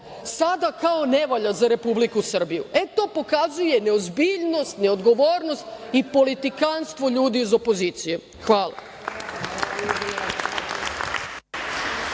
sada kao ne valja za Republiku Srbiju. To pokazuje neozbiljnost, neodgovornost i politikanstvo ljudi iz opozicije. Hvala.